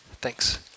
Thanks